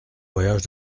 voyage